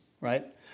right